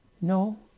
No